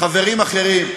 וחברים אחרים,